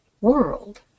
world